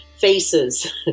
faces